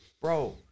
bro